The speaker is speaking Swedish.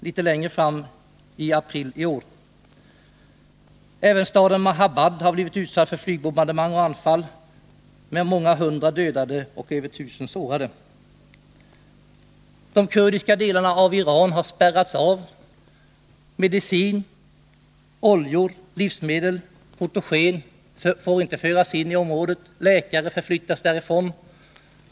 Detta inträffade i april i år. Även staden Mahabad har blivit utsatt för flygbombardemang och anfall, med många hundra dödade och över 1 000 sårade. De kurdiska delarna i Iran har spärrats av. Medicin, oljor, livsmedel och fotogen får inte föras in i området. Läkare förflyttas därifrån.